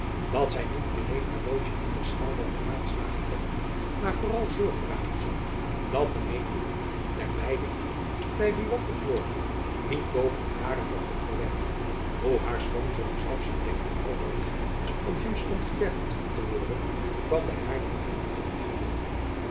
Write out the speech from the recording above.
dat zy niet alleen haar loodtjen in de schaal der beraadslaging leggen maar vooral zorg dragen zoû dat de meeningen der beide heeren by buat de voorkeur niet boven de haren mochten verwerven hoe haar schoonzoon zelf zoû denken over hetgeen van hem stond gevergd te worden kwam by haar niet in aanmerking